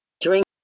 Drink